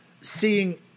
seeing